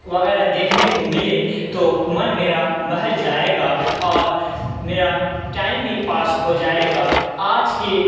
وغیرہ دیکھنے کو ملے تو من میرا بہل جائے گا اور میرا ٹائم بھی پاس ہو جائے غا آج کی